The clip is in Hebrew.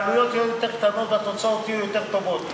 העלויות יהיו יותר קטנות והתוצאות יהיו יותר טובות.